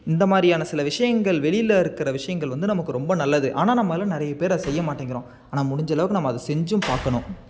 இந்தமாதிரியான சில விஷயங்கள் வெளியில் இருக்கிற விஷயங்கள் வந்து நமக்கு ரொம்ப நல்லது ஆனால் நம்மள்ல நிறைய பேர் அதை செய்ய மாட்டேங்குறோம் ஆனால் முடிஞ்சளவுக்கு நாம் அதை செஞ்சும் பார்க்கணும்